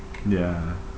ya